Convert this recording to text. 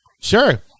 Sure